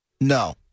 No